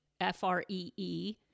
F-R-E-E